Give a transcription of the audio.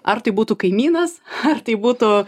ar tai būtų kaimynas ar tai būtų